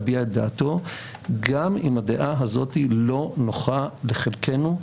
יוכל להביע את דעתו גם אם הדעה הזאת לא נוחה לחלקנו,